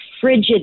frigid